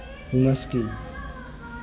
Humus কি?